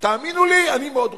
תאמינו לי, אני מאוד רוצה,